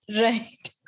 Right